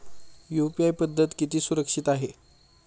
UPI पद्धत किती सुरक्षित आहे?